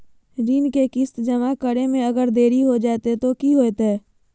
ऋण के किस्त जमा करे में अगर देरी हो जैतै तो कि होतैय?